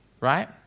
Right